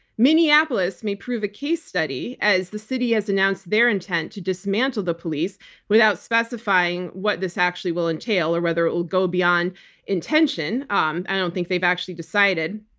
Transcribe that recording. minneapolis may prove a case study as the city has announced their intent to dismantle the police without specifying what this actually will entail or whether it will go beyond intention. um i don't think they've actually decided,